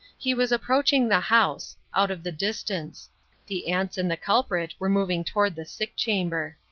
he was approaching the house out of the distance the aunts and the culprit were moving toward the sick-chamber.